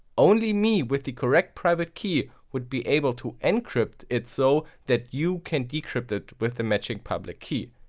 only me with the correct private key would be able to encrypt it so that you can decrypt it with the matching public key.